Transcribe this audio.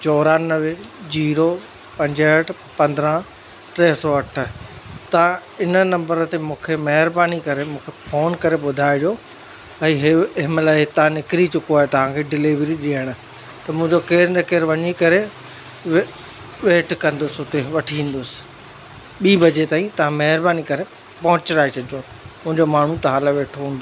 चोरानवें zero पंजहठि पंद्रहं टे सौ अठ तव्हां इन नम्बर ते मूंखे महिरबानी करे मूंखे फ़ोन करे ॿुधाइजो भई हे हे माल हितां निकिरी चुको आहे तव्हां खे डिलीवरी ॾियण त मुंहिंजो केरु न केरु वञी करे वे वेट कंदुसि हुते वठी ईंदुसि ॿी बजे ताईं तव्हां महिरबानी करे पहुचाए छॾिजो मुंहिंजो माण्हू तव्हां लाइ वेठो हूंदो